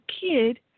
kid